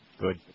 Good